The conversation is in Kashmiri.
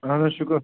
اَہن حظ شُکر